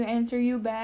understanding you